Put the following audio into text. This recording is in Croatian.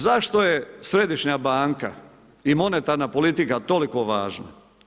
Zašto je središnja banka i monetarna politika toliko važna?